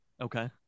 Okay